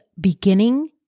beginning